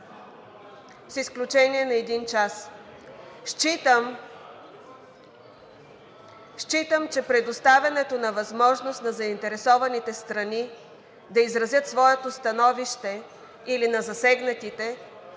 …с изключение на един час. Считам, че предоставянето на възможност на заинтересованите страни да изразят своето становище, или на засегнатите,